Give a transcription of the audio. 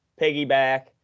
Piggyback